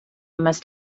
must